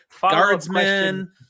Guardsmen